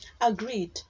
Agreed